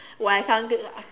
when I come